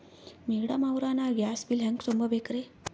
Madam ಅವ್ರ, ನಾ gas bill ಹೆಂಗ ತುಂಬಾ ಬೇಕ್ರಿ?